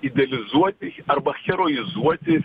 idealizuoti arba heroizuoti